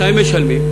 מתי משלמים?